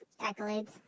Accolades